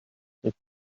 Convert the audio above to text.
ist